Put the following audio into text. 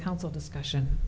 council discussion